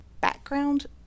background